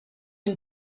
une